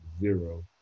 zero